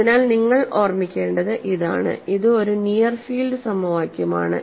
അതിനാൽ നിങ്ങൾ ഓർമ്മിക്കേണ്ടത് ഇതാണ് ഇത് ഒരു നിയർ ഫീൽഡ് സമവാക്യമാണ്